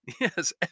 Yes